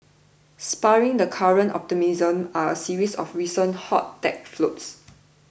spurring the current optimism are a series of recent hot tech floats